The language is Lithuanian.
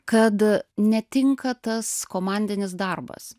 kad netinka tas komandinis darbas